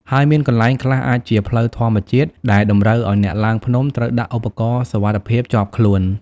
ហើយមានកន្លែងខ្លះអាចជាផ្លូវធម្មជាតិ ដែលតម្រូវឱ្យអ្នកឡើងភ្នំត្រូវដាក់ឧបករណ៍សុវត្ថិភាពជាប់ខ្លួន។